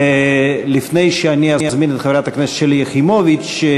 לפני שאני אזמין את חברת הכנסת שלי יחימוביץ,